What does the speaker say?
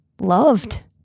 loved